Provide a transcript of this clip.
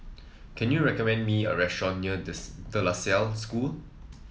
can you recommend me a restaurant near Des De La Salle School